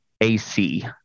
AC